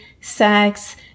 sex